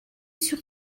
sur